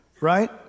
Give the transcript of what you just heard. Right